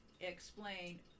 explain